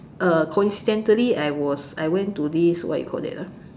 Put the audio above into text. uh coincidentally I was I went to this what you call that ah